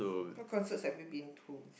what concerts have you been to